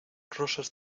rosas